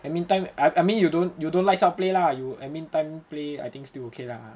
and admin time I mean you don't you don't lights out play lah you I think you admin time play I think still okay lah